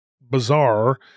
bizarre